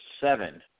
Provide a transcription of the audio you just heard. seven